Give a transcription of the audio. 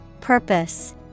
Purpose